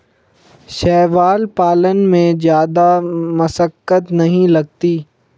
शैवाल पालन में जादा मशक्कत नहीं लगती